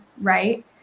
right